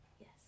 Yes